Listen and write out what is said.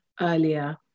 earlier